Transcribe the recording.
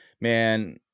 man